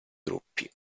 gruppi